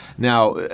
Now